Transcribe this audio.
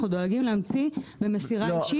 אנחנו דואגים להמציא במסירה אישית.